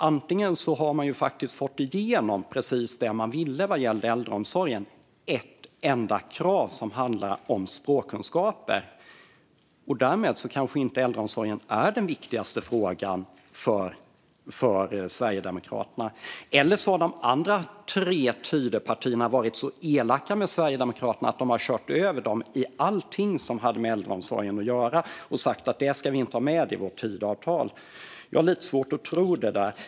Antingen har man faktiskt fått igenom precis det man ville vad gäller äldreomsorgen - ett enda krav som handlar om språkkunskaper - och därmed är kanske inte äldreomsorgen den viktigaste frågan för Sverigedemokraterna, eller så har de andra tre Tidöpartierna varit så elaka mot Sverigedemokraterna att de har kört över dem i allting som har med äldreomsorgen att göra och sagt: Det ska vi inte ha med i vårt Tidöavtal. Jag har lite svårt att tro detta.